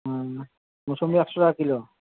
হুম মোসম্বি একশো টাকা কিলো